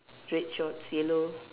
red shorts yellow